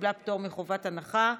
קיבלה פטור מחובת הנחה.